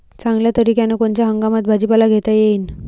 चांगल्या तरीक्यानं कोनच्या हंगामात भाजीपाला घेता येईन?